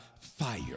fire